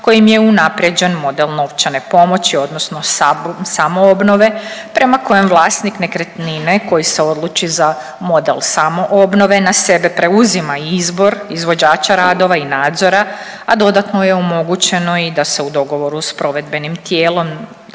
kojim je unaprjeđen model novčane pomoći odnosno samoobnove prema kojem vlasnik nekretnine koji se odluči za model samoobnove na sebe preuzima izbor izvođača radova i nadzora, a dodatno je omogućeno i da se u dogovoru s provedbenim tijelom,